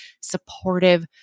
supportive